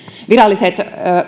viralliset